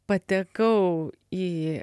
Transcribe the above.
patekau į